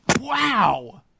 Wow